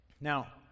Now